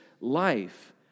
life